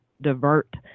divert